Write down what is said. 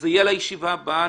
זה יהיה לישיבה הבאה.